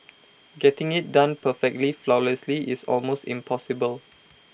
getting IT done perfectly flawlessly is almost impossible